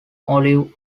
olive